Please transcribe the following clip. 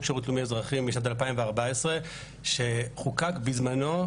שירות לאומי אזרחי מ-2014 שחוקק בזמנו,